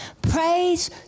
Praise